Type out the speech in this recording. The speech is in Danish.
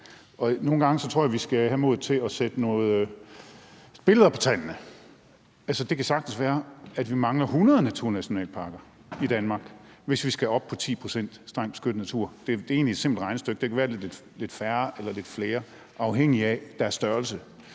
nogle gange tror jeg, at vi skal have modet til at sætte nogle billeder på tallene. Altså, det kan sagtens være, at vi mangler 100 naturnationalparker i Danmark, hvis vi skal op på 10 pct. strengt beskyttet natur. Det er egentlig et simpelt regnestykke. Det kan være, at det er lidt færre eller lidt flere, afhængigt af deres størrelse.